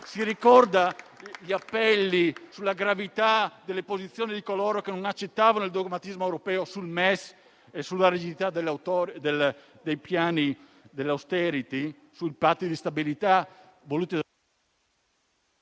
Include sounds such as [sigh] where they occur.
MES? Ricorda gli appelli sulla gravità delle posizioni di coloro che non accettavano il dogmatismo europeo sul MES e sulla rigidità dei piani di *austerity* sul Patto di stabilità? [applause]